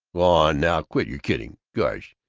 go on now, quit your kidding! gosh,